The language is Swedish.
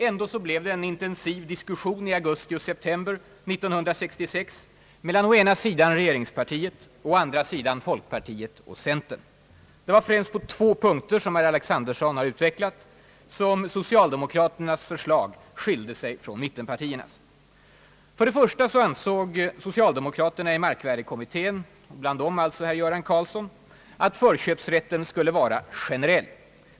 Ändå blev det en intensiv diskussion i augusti och september 1966 mellan å ena sidan regeringspartiet och å andra sidan folkpartiet och centern. Det var främst på två punkter som socialdemokraternas förslag skilde sig från mittenpartiernas. För det första ansåg socialdemokra köpsrätten skulle vara generell.